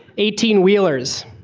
eighteen wheelers,